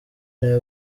nawe